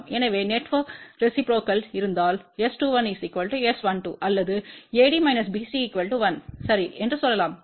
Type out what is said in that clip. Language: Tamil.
எனவே நெட்வொர்க் ரெசிப்ரோக்கல்ம் இருந்தால் S21 S12அல்லதுAD BC 1 சரிஎன்று சொல்லலாம்